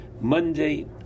Monday